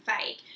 fake